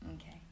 Okay